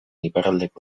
iparraldeko